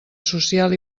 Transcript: social